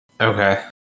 Okay